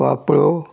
वापळो